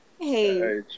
Hey